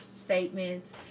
statements